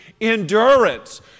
endurance